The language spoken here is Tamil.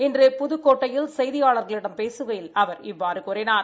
இன்று புதுக்கோட்டையில் செய்தியாளர்களிடம் பேசுகையில் அவர் இவ்வாறு கூறினார்